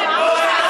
למה לא?